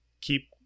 keep